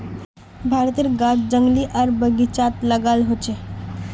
भारतेर गाछ जंगली आर बगिचात लगाल होचे